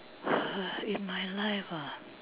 !huh! in my life ah